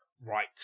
Right